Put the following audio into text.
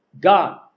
God